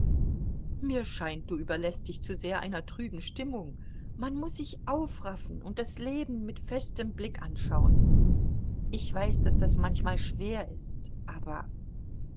mir scheint du überläßt dich zu sehr einer trüben stimmung man muß sich aufraffen und das leben mit festem blick anschauen ich weiß daß das manchmal schwer ist aber